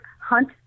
hunt